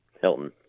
Hilton